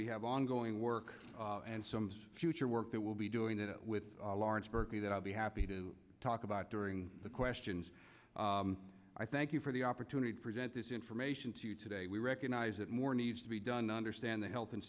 we have ongoing work and some future work that will be doing it with lawrence berkeley that i'll be happy to talk about during the questions i thank you for the opportunity to present this information to you today we recognize that more needs to be done to understand the health and